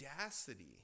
audacity